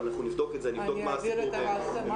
אני אבדוק מה הסיפור.